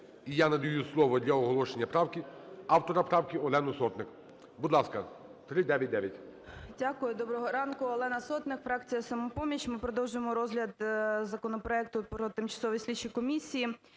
І я надаю слово для оголошення правки, автора правки Олену Сотник. Будь ласка, 399. 10:43:29 СОТНИК О.С. Дякую. Доброго ранку Олена Сотник, фракція "Самопоміч". Ми продовжуємо розгляд законопроекту про тимчасові слідчі комісії.